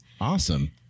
awesome